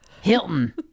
Hilton